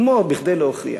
כמו כדי להוכיח,